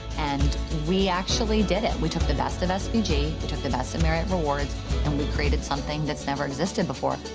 and we actually did it, we took the best of spg, we took the best of marriott rewards and we created something that's never existed before.